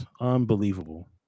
Unbelievable